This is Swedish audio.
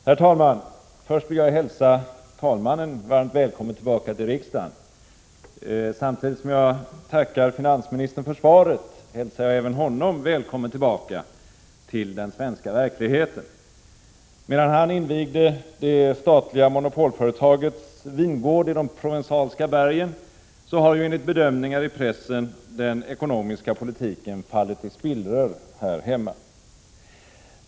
Herr talman! Först vill jag hälsa talmannen varmt välkommen tillbaka till riksdagen. Samtidigt som jag tackar finansministern för svaret hälsar jag även honom välkommen tillbaka — till den svenska verkligheten. Medan han invigde det statliga monopolföretagets vingård i de provensalska bergen har ju enligt bedömningar i pressen den ekonomiska politiken fallit i spillror här hemma.